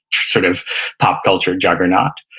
sort of pop culture juggernaut.